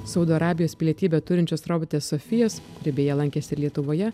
saudo arabijos pilietybę turinčios robotės sofijos ji beje lankėsi ir lietuvoje